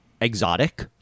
exotic